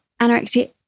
anorexia